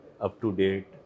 up-to-date